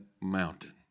mountain